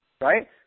right